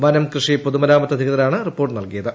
വനംകൃഷിപൊതുമരാമത്ത് അധികൃതരാണ് റിപ്പോർട്ട് നൽകിയത്